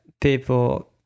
People